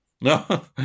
No